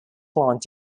launch